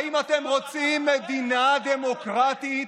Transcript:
אדוני, רק אל תסתמך על דמוקרטיה.